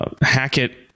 Hackett